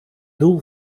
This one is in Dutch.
doel